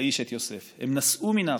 האיש את יוסף, הם נסעו מן האחווה.